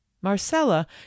marcella